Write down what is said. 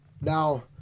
Now